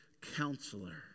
Counselor